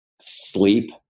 sleep